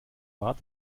war